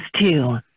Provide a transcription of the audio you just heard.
two